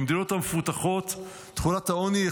במדינות המפותחות תחולת העוני,